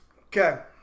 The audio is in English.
Okay